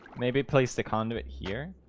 maybe place the conduit here